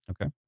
Okay